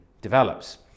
develops